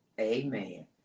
Amen